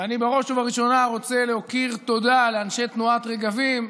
ובראש ובראשונה אני רוצה להכיר תודה לאנשי תנועת רגבים,